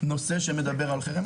נושא החרמות.